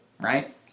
right